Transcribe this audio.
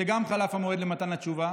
שגם בהן חלף המועד למתן התשובה.